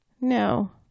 No